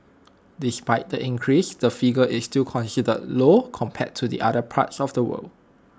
despite the increase the figure is still considered low compared to other parts of the world